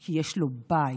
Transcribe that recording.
כי יש לו בית.